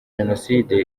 jenoside